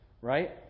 right